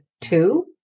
two